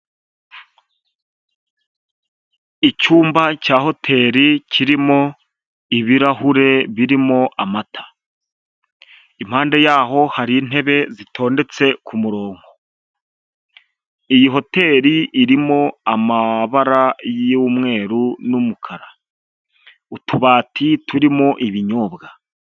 Icyumba cya hoteri kirimo ibirahure birimo amata. Impande yaho hari intebe zitondetse ku murongo. Iyi hoteri irimo amabara y'umweru n'umukara, utubati turimo ibinyobwa.